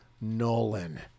Nolan